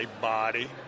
body